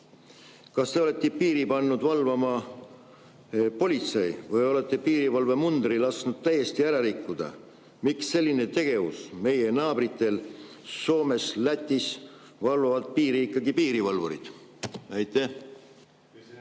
Kas te olete piiri pannud valvama politsei või olete piirivalvemundri lasknud täiesti ära rikkuda? Miks selline tegevus? Meie naabritel Soomes ja Lätis valvavad piiri ikkagi piirivalvurid. Austatud